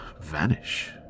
vanish